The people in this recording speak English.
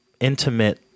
intimate